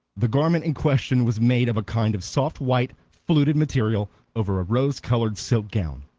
the garment in question was made of a kind of soft white, fluted material over a rose-colored silk ground.